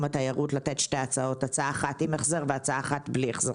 התיירות לתת שתי הצעות: הצעה אחת עם החזר והצעה שנייה בלי החזר.